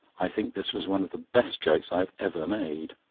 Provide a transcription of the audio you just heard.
i think this was one of the best jokes i have ever made.